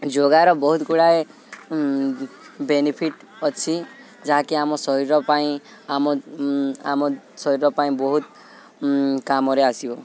ଯୋଗର ବହୁତ ଗୁଡ଼ାଏ ବେନିଫିଟ୍ ଅଛି ଯାହାକି ଆମ ଶରୀର ପାଇଁ ଆମ ଆମ ଶରୀର ପାଇଁ ବହୁତ କାମରେ ଆସିବ